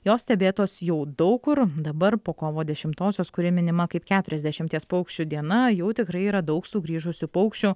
jos stebėtos jau daug kur dabar po kovo dešimtosios kuri minima kaip keturiasdešimties paukščių diena jau tikrai yra daug sugrįžusių paukščių